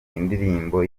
indirimbo